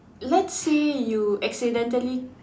let's say you accidentally